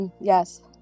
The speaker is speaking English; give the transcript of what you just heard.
yes